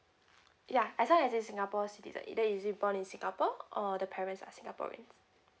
ya as long as he is singapore citizen then is he born in singapore or the parents are singaporean